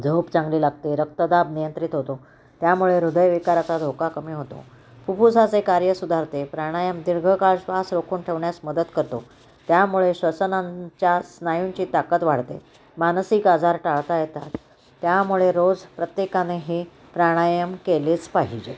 झोप चांगली लागते रक्तदाब नियंत्रित होतो त्यामुळे हृदय विकाराचा धोका कमी होतो फुफुसाचे कार्य सुधारते प्राणायाम दीर्घकाळ श्वास रोखून ठेवण्यास मदत करतो त्यामुळे श्वसनांच्या स्नायूंची ताकद वाढते मानसिक आजार टाळता येतात त्यामुळे रोज प्रत्येकाने हे प्राणायाम केलेच पाहिजेते